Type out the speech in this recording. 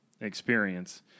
experience